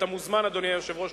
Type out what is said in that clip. אתה מוזמן, אדוני היושב-ראש,